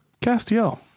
castiel